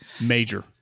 Major